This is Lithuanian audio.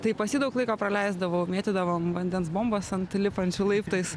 tai pas jį daug laiko praleisdavau mėtydavom vandens bombas ant lipančių laiptais